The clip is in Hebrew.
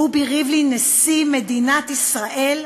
רובי ריבלין, נשיא מדינת ישראל,